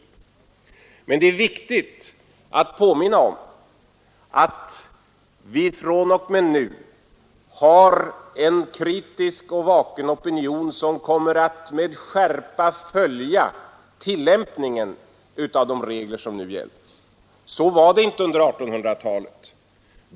Men det är viktigt att påminna om att vi fr.o.m. nu har en kritisk och vaken opinion som kommer att med skärpa följa tillämpningen av de regler som gäller. Så var det inte under 1800-talet.